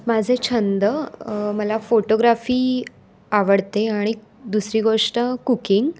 माझे छंद मला फोटोग्राफी आवडते आणिक दुसरी गोष्ट कुकिंग